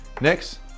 Next